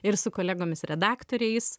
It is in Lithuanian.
ir su kolegomis redaktoriais